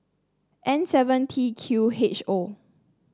N seven T Q H O